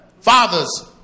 Fathers